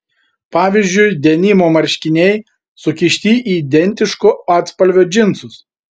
pavyzdžiui denimo marškiniai sukišti į identiško atspalvio džinsus